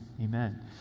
Amen